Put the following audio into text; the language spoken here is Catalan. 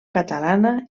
catalana